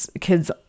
kids